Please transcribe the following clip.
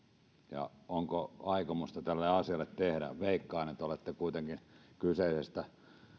ja onko aikomusta tälle asialle tehdä jotakin veikkaan että olette kuitenkin kyseisestä